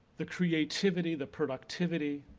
the creativity, the productivity